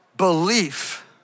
belief